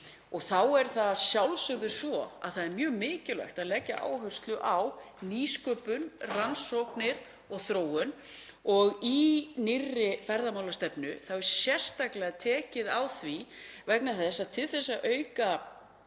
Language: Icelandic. Þá er það að sjálfsögðu mjög mikilvægt að leggja áherslu á nýsköpun, rannsóknir og þróun og í nýrri ferðamálastefnu er sérstaklega tekið á því vegna þess að til þess að auka